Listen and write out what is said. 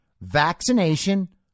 vaccination